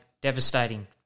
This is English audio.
Devastating